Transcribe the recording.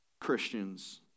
christians